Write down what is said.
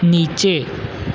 નીચે